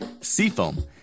Seafoam